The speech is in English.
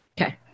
Okay